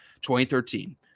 2013